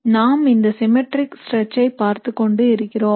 நாம் இந்த symmetric stretch ஐ பார்த்துக்கொண்டு இருக்கிறோம்